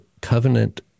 covenant